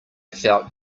felt